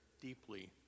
deeply